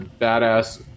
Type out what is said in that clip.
badass